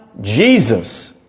Jesus